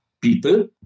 people